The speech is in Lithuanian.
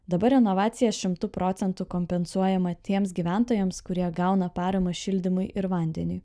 dabar renovacija šimtu procentų kompensuojama tiems gyventojams kurie gauna paramą šildymui ir vandeniui